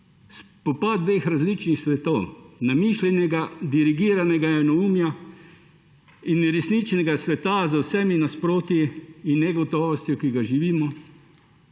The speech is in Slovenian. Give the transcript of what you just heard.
Spopad dveh različnih svetov, namišljenega, dirigiranega enoumja in resničnega sveta z vsemi nasprotji in negotovostjo, ki ga živimo